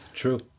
True